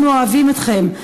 אנחנו אוהבים אתכם.